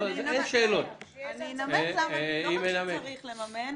לא רק שצריך לממן,